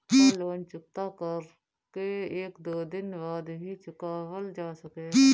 का लोन चुकता कर के एक दो दिन बाद भी चुकावल जा सकेला?